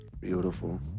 Beautiful